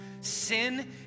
Sin